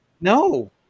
No